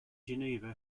geneva